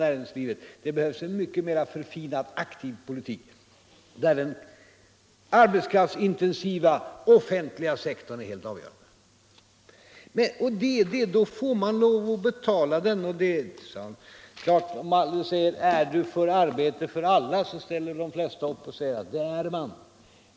Därtill behövs en mycket mer förfinad aktiv politik, där den arbetskraftsintensiva offentliga sektorn är helt avgörande. Då får man lov att betala det. Det är klart att om man frågar: Är du för arbete åt alla? så ställer de flesta upp och säger att det är de.